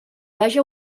haja